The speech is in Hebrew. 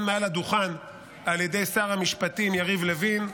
מעל לדוכן על ידי שר המשפטים יריב לוין,